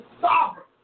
sovereign